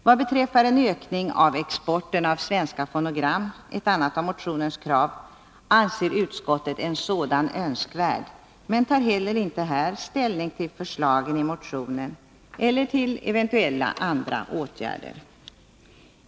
Vad beträffar en ökning av exporten av svenska fonogram — ett annat av motionskraven — anser utskottet en sådan önskvärd men tar inte heller här ställning till förslagen i motionen eller till eventuella andra åtgärder.